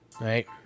right